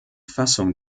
fassung